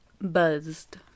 Buzzed